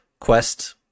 quest